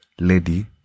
lady